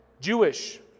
Jewish